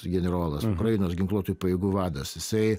generolas ukrainos ginkluotųjų pajėgų vadas jisai